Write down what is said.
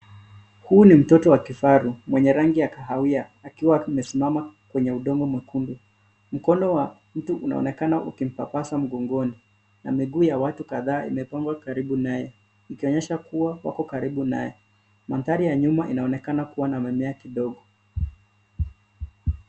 Huu ni mtoto wa kifaru, mwenye rangi ya kahawia, akiwa amesimama kwenye udongo mwekundu. Mkono wa mtu unaonekana ukimpapasa mgongoni na miguu ya watu kadhaa imepangwa karibu naye, ikionyesha kuwa wako karibu naye. Mandhari ya nyuma inaonekana kuwa na mimea kidogo.